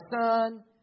Son